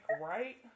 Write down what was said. right